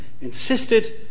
insisted